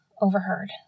overheard